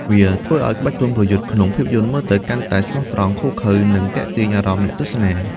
វាធ្វើឲ្យក្បាច់ប្រយុទ្ធក្នុងភាពយន្តមើលទៅកាន់តែស្មោះត្រង់ ឃោរឃៅ និងទាក់ទាញអារម្មណ៍អ្នកទស្សនា។